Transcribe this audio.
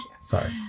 Sorry